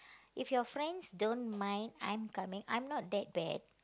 if your friends don't mind I'm coming I'm not that bad